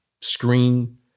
screen